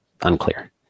unclear